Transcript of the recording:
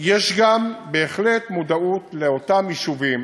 יש גם, בהחלט, מודעות לאותם יישובים